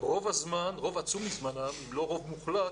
רוב עצום מזמנם, אם לא רוב מוחלט,